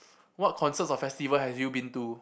what concerts or festivals have you been to